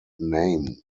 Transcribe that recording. name